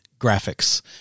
graphics